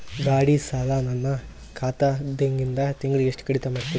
ಗಾಢಿ ಸಾಲ ನನ್ನ ಖಾತಾದಾಗಿಂದ ತಿಂಗಳಿಗೆ ಎಷ್ಟು ಕಡಿತ ಮಾಡ್ತಿರಿ?